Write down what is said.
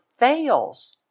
Fails